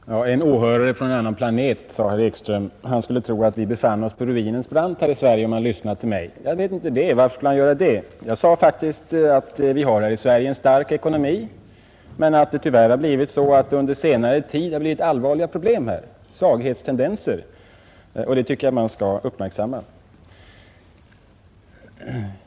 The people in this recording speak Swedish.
Herr talman! Herr Ekström ansåg att en åhörare på en annan planet skulle, om han lyssnat på mig, tro att vi befann oss på ruinens brant här i Sverige. Jag vet inte varför han skulle göra det. Jag sade faktiskt att vi här i Sverige har en stark ekonomi men att det tyvärr under senare tid uppstått allvarliga problem och svaghetstendenser, som man bör uppmärksamma.